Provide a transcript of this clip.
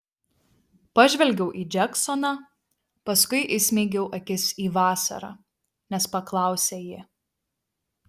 pažvelgiau į džeksoną paskui įsmeigiau akis į vasarą nes paklausė ji